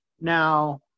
Now